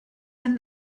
and